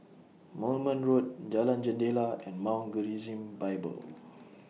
Moulmein Road Jalan Jendela and Mount Gerizim Bible